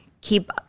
Keep